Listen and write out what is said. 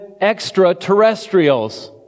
extraterrestrials